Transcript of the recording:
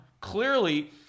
Clearly